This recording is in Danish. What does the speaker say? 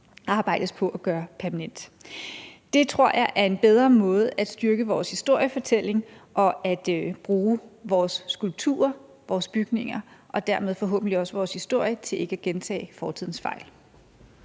arbejdes på at gøre permanent. Det tror jeg er en bedre måde at styrke vores historiefortælling på og bruge vores skulpturer, vores bygninger og dermed forhåbentlig også vores historie til ikke at gentage fortidens fejl.